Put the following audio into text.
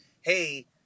hey